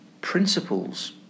principles